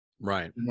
Right